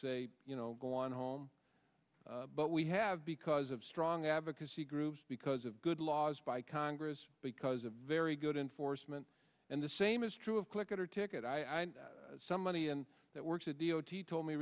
say you know go on home but we have because of strong advocacy groups because of good laws by congress because a very good enforcement and the same is true of clicker ticket i some money and that works at d o t told me